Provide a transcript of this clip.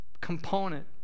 component